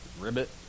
ribbit